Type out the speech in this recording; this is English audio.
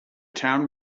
town